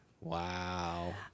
wow